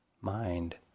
mind